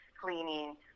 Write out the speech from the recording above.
cleaning